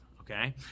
okay